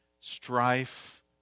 strife